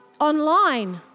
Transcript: online